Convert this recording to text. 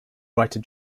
writer